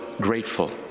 grateful